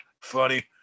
Funny